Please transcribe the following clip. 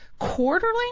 Quarterly